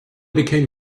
became